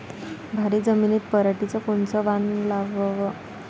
भारी जमिनीत पराटीचं कोनचं वान लावाव?